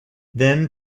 then